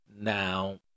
Now